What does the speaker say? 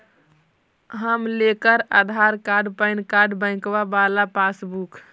हम लेकर Aadhaar card PAN card बैंकवा वाला पासबुक?